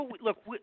look